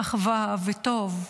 ואחווה וטוב,